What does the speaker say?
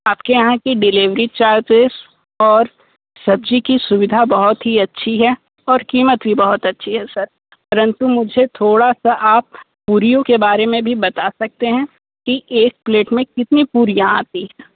आपके यहाँ की डिलीवरी चार्जेस और सब्जी की सुविधा बहुत ही अच्छी है और कीमत भी बहुत अच्छी है सर परंतु मुझे थोड़ा सा आप पूरियों के बारे में बता सकते हैं कि एक प्लेट में कितनी पूरियों आती है